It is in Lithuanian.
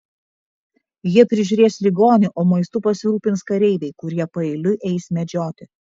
jie prižiūrės ligonį o maistu pasirūpins kareiviai kurie paeiliui eis medžioti